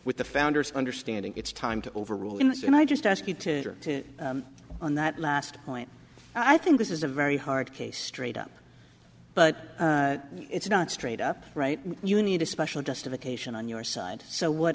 with the founders understanding it's time to overrule him and i just ask you to enter on that last point i think this is a very hard case straight up but it's not straight up right you need a special justification on your side so what